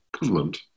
government